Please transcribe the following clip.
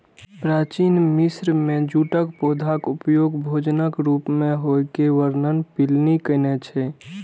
प्राचीन मिस्र मे जूटक पौधाक उपयोग भोजनक रूप मे होइ के वर्णन प्लिनी कयने छै